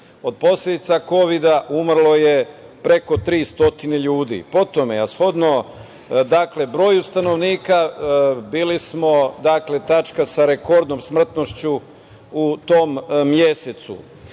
od posledica kovida umrlo je preko 300 ljudi. Po tome, a shodno broju stanovnika, bili smo tačka sa rekordnom smrtnošću u tom mesecu. Bilo